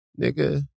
nigga